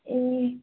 ए